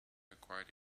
acquired